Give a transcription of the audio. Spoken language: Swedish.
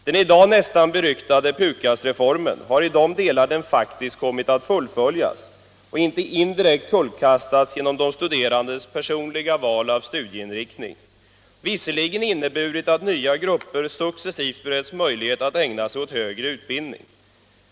Den i dag nästan beryktade PUKAS-reformen har i de delar den faktiskt kommit att fullföljas och inte indirekt kullkastats genom de studerandes personliga val av studieinriktning visserligen inneburit att nya grupper successivt har beretts möjlighet att ägna sig åt högre utbildning.